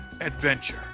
adventure